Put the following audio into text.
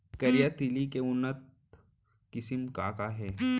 करिया तिलि के उन्नत किसिम का का हे?